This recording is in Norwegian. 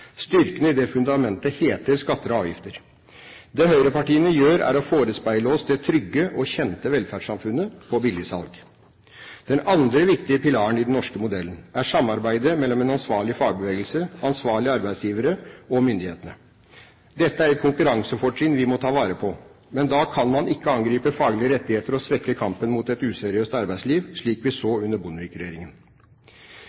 Styrken i det fundamentet heter skatter og avgifter. Det høyrepartiene gjør, er å forespeile oss det trygge og kjente velferdssamfunnet på billigsalg. Den andre viktige pilaren i den norske modellen er samarbeidet mellom en ansvarlig fagbevegelse, ansvarlige arbeidsgivere og myndighetene. Dette er et konkurransefortrinn vi må ta vare på. Men da kan man ikke angripe faglige rettigheter og svekke kampen mot et useriøst arbeidsliv, slik vi så